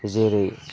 जेरै